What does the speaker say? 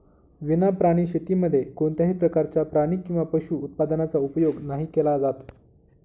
विना प्राणी शेतीमध्ये कोणत्याही प्रकारच्या प्राणी किंवा पशु उत्पादनाचा उपयोग नाही केला जात